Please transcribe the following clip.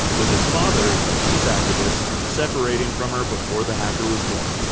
with his father, a peace activist, separating from her before the hacker was born.